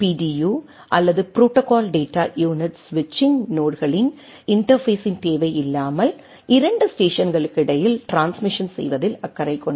யுஅல்லது protocol data unit ஸ்விட்சிங் நோட்களின் இன்டர்பேஸ்ஸின் தேவை இல்லாமல் 2 ஸ்டேஷன்களுக்கு இடையில் ட்ரான்ஸ்மிஷன் செய்வதில் அக்கறை கொண்டுள்ளது